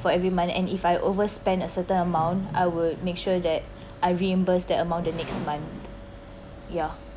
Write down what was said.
for every month and if I overspend a certain amount I will make sure that I reimburse that amount the next month yah